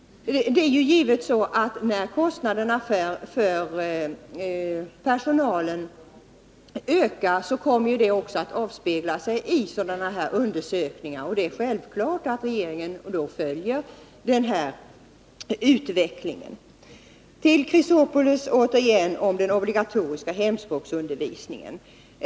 När kostnaderna för personalen ökar avspeglar det sig givetvis i sådana här undersökningar, och det är självklart att regeringen följer utvecklingen. Jag skall återigen bemöta det Alexander Chrisopoulos säger om den obligatoriska hemspråksundervisningen.